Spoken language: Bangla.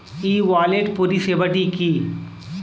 ই ওয়ালেট পরিষেবাটি কি?